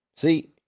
See